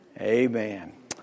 Amen